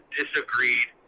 disagreed